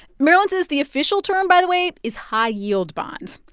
marilyn says the official term, by the way, is high-yield bond.